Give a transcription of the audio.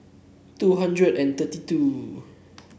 two thousand and thirty two